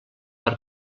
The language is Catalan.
per